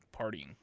partying